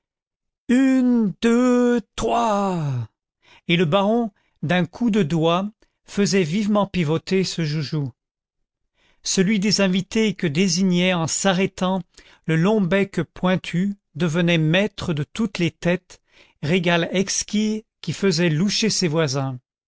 une deux trois et le baron d'un coup de doigt faisait vivement pivoter ce joujou celui des invités que désignait en s'arrêtant le long bec pointu devenait maître de toutes les têtes régal exquis qui faisait loucher ses voisins